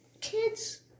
kids